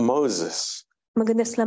Moses